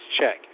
check